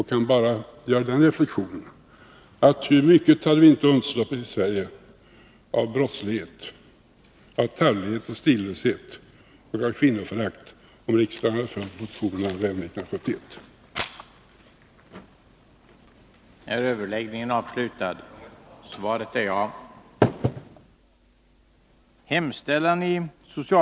Jag kan bara göra den reflexionen: Hur mycket hade vi inte undsluppit i Sverige av brottslighet, av tarvlighet och stillöshet och av kvinnoförakt, om riksdagen hade följt motionen 1971?